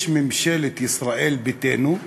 יש ממשלת ישראל ביתנו,